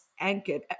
anchored